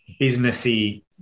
businessy